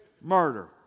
murder